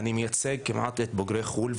אני מייצג כמעט את בוגרי חו"ל,